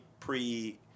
-pre